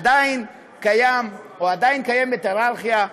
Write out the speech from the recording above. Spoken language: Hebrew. עדיין קיימת הייררכיה,